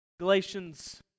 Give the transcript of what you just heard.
Galatians